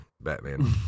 Batman